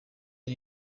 ari